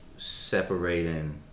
separating